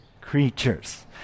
creatures